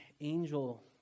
angel